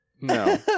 no